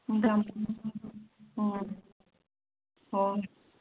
ꯎꯝ ꯑꯣ